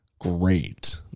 great